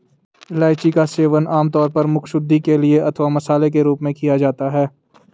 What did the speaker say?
इलायची का सेवन आमतौर पर मुखशुद्धि के लिए अथवा मसाले के रूप में किया जाता है